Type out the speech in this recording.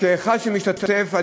כאחד שמשתתף,